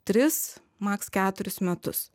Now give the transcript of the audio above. tris maks keturis metus